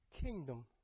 kingdom